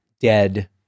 dead